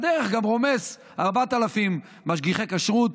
ובדרך רומס 4,000 משגיחי כשרות,